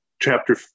Chapter